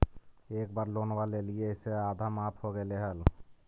एक बार लोनवा लेलियै से आधा माफ हो गेले हल?